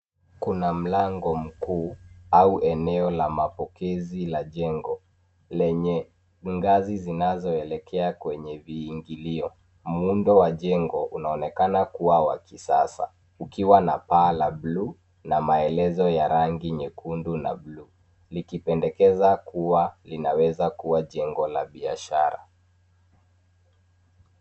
Kuna mlango mkuu au eneo la mapokezi la jengo lenye ngazi zinazoelekea kwenye viingilio. Muundo wa jengo unaonekana kuwa wa kisasa ukiwa na paa la buluu na maelezo ya rangi nyekundu na buluu, likipendekeza kuwa linaweza kuwa jengo la biashara.